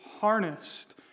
harnessed